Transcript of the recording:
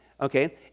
Okay